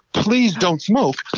please don't smoke,